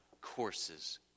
courses